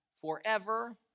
forever